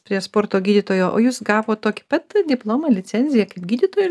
prie sporto gydytojo o jūs gavot tokį pat diplomą licenziją kaip gydytojo